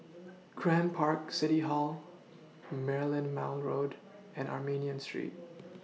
Grand Park City Hall Merlimau Road and Armenian Street